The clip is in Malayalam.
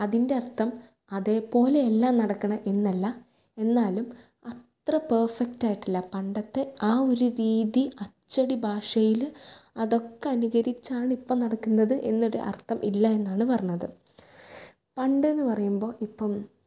അതിൻറ്റർത്ഥം അതേപോലെയല്ല നടക്കുന്നത് എന്നല്ല എന്നാലും അത്ര പെർഫക്റ്റ് ആയിട്ടല്ല പണ്ടത്തെ ആ ഒരു രീതി അച്ചടി ഭാഷയിൽ അതൊക്കെ അനുകരിച്ചാണ് ഇപ്പം നടക്കുന്നത് എന്നൊരു അർത്ഥം ഇല്ല എന്നാണ് പറഞ്ഞത് പണ്ടെന്ന് പറയുമ്പോൾ ഇപ്പം